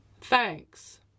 thanks